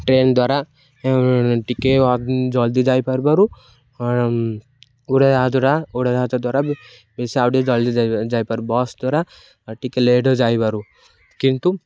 train ଦ୍ୱାରା ଟିକେ ଜଲ୍ଦି ଯାଇପାରିବାରୁ ଉଡ଼ାଜାହଜଟା ଉଡ଼ାଜାହାଜ ଦ୍ୱାରା ବେଶା ଆଉଟିକେ ଜଲ୍ଦି ଯାଇପାରୁ ବସ୍ ଦ୍ୱାରା ଟିକେ ଲେଟରେ ଯାଇପାରୁ କିନ୍ତୁ